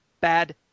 bad